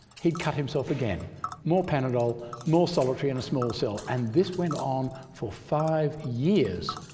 he'd cut himself again more panadol, more solitary in a small cell. and this went on for five years